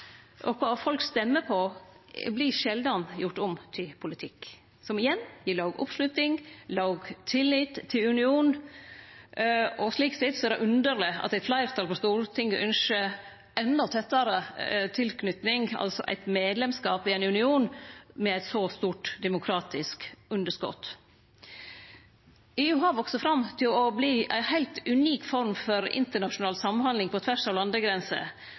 og ønske. Kva folk stemmer på, blir sjeldan gjort om til politikk, noko som igjen gir låg oppslutning, låg tillit til unionen. Slik sett er det underleg at eit fleirtal på Stortinget ønskjer endå tettare tilknyting, altså medlemskap i ein union med eit så stort demokratisk underskot. EU har vakse fram til å verte ei heilt unik form for internasjonal samhandling på tvers av landegrenser.